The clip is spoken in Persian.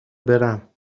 برم